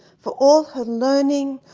for all her learning,